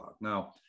Now